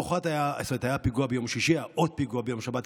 היה הפיגוע ביום שישי והיה עוד פיגוע ביום השבת,